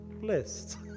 blessed